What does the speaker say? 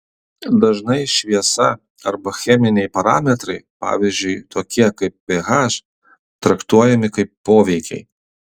dažnai šviesa arba cheminiai parametrai pavyzdžiui tokie kaip ph traktuojami kaip poveikiai